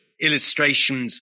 illustrations